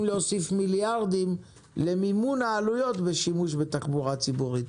להוסיף מיליארדים למימון העלויות של שימוש בתחבורה ציבורית,